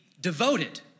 devoted